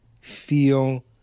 feel